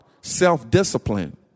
Self-discipline